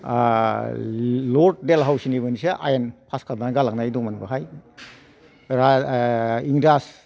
आह Lord डेलहाउसिनि मोनसे आइन फास खालामना गालांनाय दंमोन बेवहाय ओह इंराज